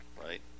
right